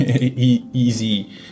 easy